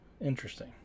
Interesting